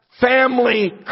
family